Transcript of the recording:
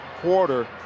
quarter